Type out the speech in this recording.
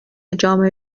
جامعه